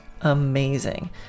amazing